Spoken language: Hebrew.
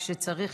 כשצריך,